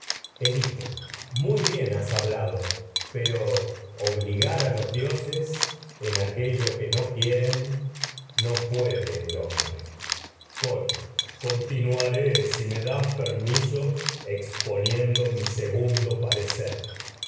muy bien has no hablado obligar a los dioses en aquello que quieren no puede el hombre me coro mi continuaré si das permiso exponiendo segundo parecer